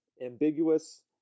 ambiguous